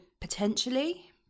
potentially